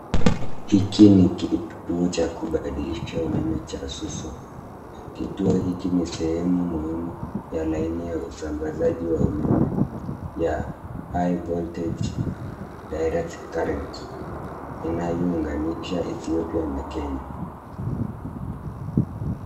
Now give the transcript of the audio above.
Hiki ni kituo cha kubadilisha umeme cha Suswa. Kituo hiki ni sehemu muhimu ya laini ya usambazaji wa umeme ya high voltage direct current , inayounganisha Ethiopia na Kenya.